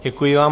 Děkuji vám.